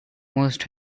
must